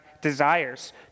desires